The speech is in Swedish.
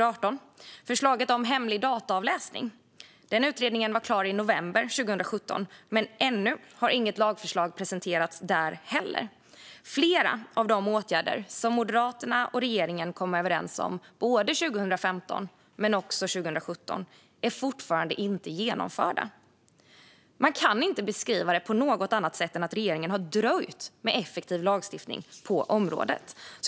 När det gäller förslaget om hemlig dataavläsning var utredningen klar i november 2017, men ännu har inget lagförslag presenterats. Flera av de åtgärder som Moderaterna och regeringen kom överens om både 2015 och 2017 är fortfarande inte genomförda. Man kan inte beskriva det på något annat sätt än att regeringen har dröjt med effektiv lagstiftning på området.